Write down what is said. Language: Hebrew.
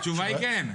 התשובה היא כן.